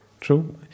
true